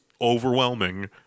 overwhelming